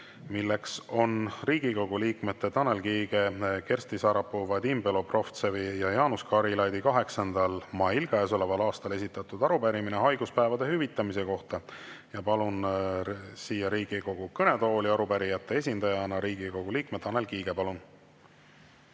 milleks on Riigikogu liikmete Tanel Kiige, Kersti Sarapuu, Vadim Belobrovtsevi ja Jaanus Karilaidi 8. mail käesoleval aastal esitatud arupärimine haiguspäevade hüvitamise kohta. Palun siia Riigikogu kõnetooli arupärijate esindajana Riigikogu liikme Tanel Kiige. Palun!